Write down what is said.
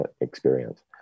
experience